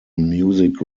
music